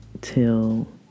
till